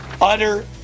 utter